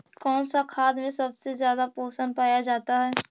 कौन सा खाद मे सबसे ज्यादा पोषण पाया जाता है?